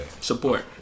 support